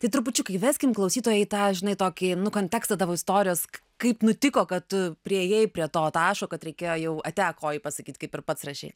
tai trupučiuką įveskim klausytojai tą žinai tokį kontekstą tavo istorijos kaip nutiko kad tu priėjai prie to taško kad reikėjo jau ate kojai pasakyt kaip ir pats rašei